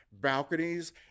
balconies